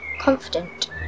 confident